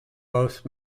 both